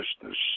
business